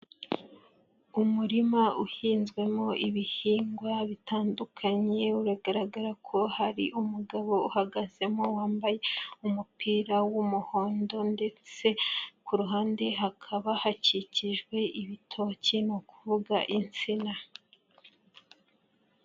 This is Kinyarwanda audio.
Umurima uhinzwemo ibihingwa bitandukanye uragaragara ko hari umugabo uhagazemo wambaye umupira w'umuhondo ndetse ku ruhande hakaba hakikijwe ibitoki, ni ukuvuga insina.